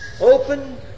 Open